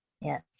Yes